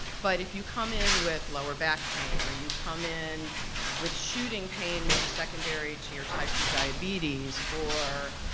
but if you come in with lower back pain or you come in with shooting pain, maybe secondary to your type two diabetes or.